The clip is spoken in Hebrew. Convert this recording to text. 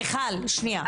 מיכל, שנייה.